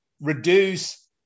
reduce